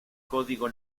código